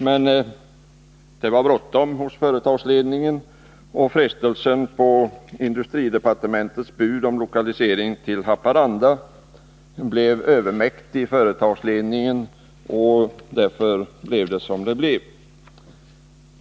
Men det var bråttom hos företagsledningen, och frestelsen att anta industridepartementets bud om lokalisering till Haparanda blev företagsledningen övermäktig. Därför blev det som det blev.